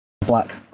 black